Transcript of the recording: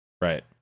right